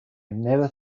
never